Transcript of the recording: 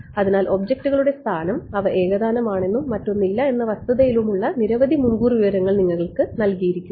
അതിനാൽ ഒബ്ജക്റ്റുകളുടെ സ്ഥാനം അവ ഏകതാനമാണെന്നും മറ്റൊന്നില്ല എന്ന വസ്തുതയിലുമുള്ള നിരവധി മുൻകൂർ വിവരങ്ങൾ നിങ്ങൾക്ക് നൽകിയിരിക്കുന്നു